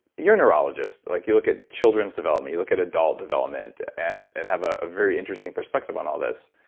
you're a neurologist like you look at children's development. you look at adult development and and have ah a very interesting perspective on all this.